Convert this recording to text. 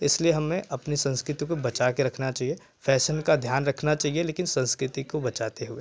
इसलिए हमें अपनी संस्कृति को बचाकर रखना चाहिए फैशन का ध्यान रखना चाहिए लेकिन संस्कृति को बचाते हुए